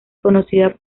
conocida